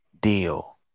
deal